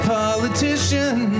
politician